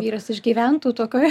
vyras išgyventų tokioj